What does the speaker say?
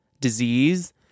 disease